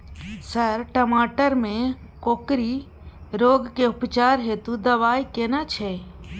Sir टमाटर में कोकरि रोग के उपचार हेतु दवाई केना छैय?